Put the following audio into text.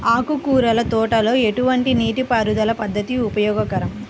ఆకుకూరల తోటలలో ఎటువంటి నీటిపారుదల పద్దతి ఉపయోగకరం?